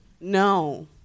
No